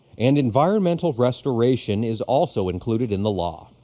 and environmental restoration is also included in the law.